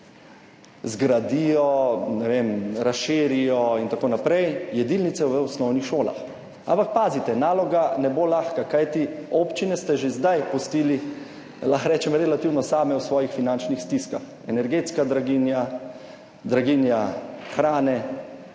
zgradijo, razširijo in tako naprej jedilnice v osnovnih šolah. Ampak pazite, naloga ne bo lahka, kajti občine ste že zdaj pustili, lahko rečem, relativno same v svojih finančnih stiskah, energetska draginja, draginja hrane